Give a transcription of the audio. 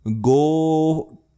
go